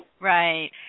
Right